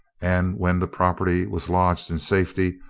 and when the prop erty was lodged in safety,